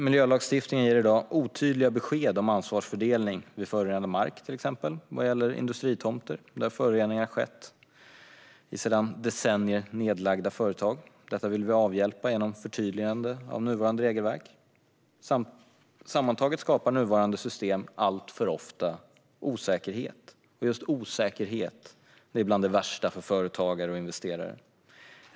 Miljölagstiftningen ger i dag otydliga besked om ansvarsfördelning vid förorenad mark, till exempel vad gäller industritomter där föroreningar har skett vid sedan decennier nedlagda företag. Detta vill vi avhjälpa genom att förtydliga nuvarande regelverk. Sammantaget skapar nuvarande system alltför ofta osäkerhet. Just osäkerhet är bland det värsta som finns för företagare och investerare.